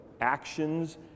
actions